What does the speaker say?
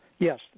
Yes